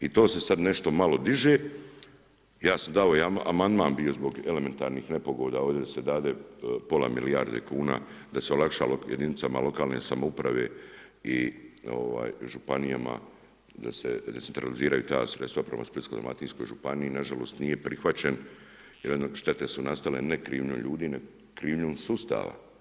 I to se sad nešto malo diže, ja sam dao amandman bio zbog elementarnih nepogoda ovdje da se dade pola milijarde kuna da se olakšalo jedinicama lokalne samouprave i županijama da se decentraliziraju ta sredstva prema Splitsko-dalmatinskoj županiji nažalost nije prihvaćen jer štete su nastale ne krivnjom ljudi, nego krivnjom sustava.